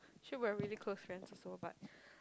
actually we're really close friends also but